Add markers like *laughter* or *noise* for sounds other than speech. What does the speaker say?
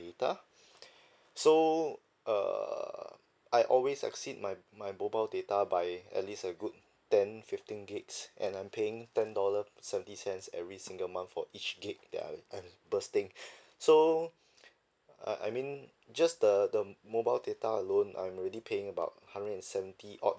data *breath* so err I always exceed my my mobile data by at least a good ten fifteen gigs and I'm paying ten dollar seventy cents every single month for each gig~ that I I'm bursting *breath* so I I mean just the the mobile data alone I'm already paying about hundred and seventy odd